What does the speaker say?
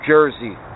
Jersey